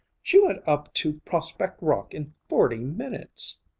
she went up to prospect rock in forty minutes.